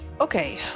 okay